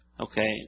Okay